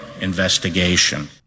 investigation